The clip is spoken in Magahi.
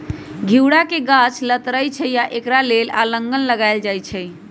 घिउरा के गाछ लथरइ छइ तऽ एकरा लेल अलांन लगायल जाई छै